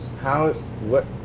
how? what?